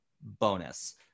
bonus